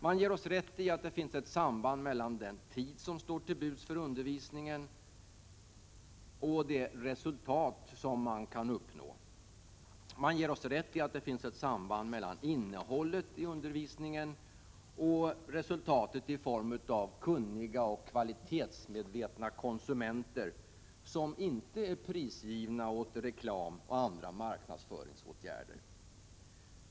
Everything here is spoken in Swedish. Man ger oss rätt i att det finns ett samband mellan den tid som står till buds för undervisningen och det resultat som kan uppnås. Man ger oss rätt i att det finns ett samband mellan innehållet i undervisningen och resultatet i form av kunniga och kvalitetsmedvetna konsumenter, som inte är prisgivna åt reklam och andra marknadsföringsåtgärder.